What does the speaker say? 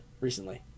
recently